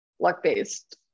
luck-based